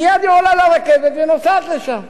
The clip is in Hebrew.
מייד היא עולה לרכבת ונוסעת לשם.